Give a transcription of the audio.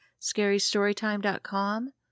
scarystorytime.com